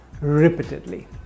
repeatedly